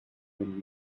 when